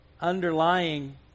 underlying